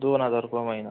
दोन हजार रुपये महिना